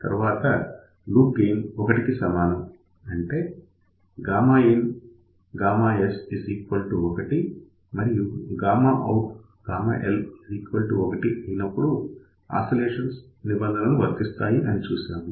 తరువాత loop gain 1 కి సమానం అంటే Γins1 మరియు Γoutl1 అయినప్పుడు ఆసిలేషన్స్ నిబంధనలు వర్తిస్తాయి అని చూశాము